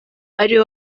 ariwe